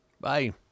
Bye